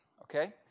okay